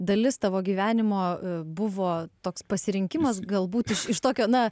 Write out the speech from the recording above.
dalis tavo gyvenimo buvo toks pasirinkimas galbūt iš iš tokio na